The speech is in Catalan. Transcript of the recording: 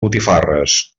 botifarres